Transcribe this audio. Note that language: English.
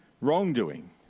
wrongdoing